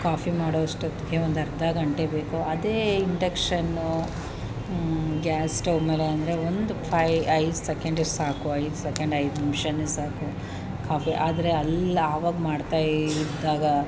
coffee ಮಾಡುವಷ್ಟೊತ್ತಿಗೆ ಒಂದರ್ಧ ಗಂಟೆ ಬೇಕು ಅದೇ ಇಂಡಕ್ಷನ್ನು ಗ್ಯಾಸ್ ಸ್ಟೌವ್ ಮೇಲೆ ಅಂದರೆ ಒಂದು ಫೈ ಐದು ಸೆಕೆಂಡ್ ಸಾಕು ಐದು ಸೆಕೆಂಡ್ ಐದು ನಿಮಿಷನೇ ಸಾಕು ಕಾಫಿ ಆದರೆ ಅಲ್ಲಿ ಆವಾಗ ಮಾಡ್ತಾ ಇದ್ದಾಗ